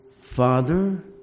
Father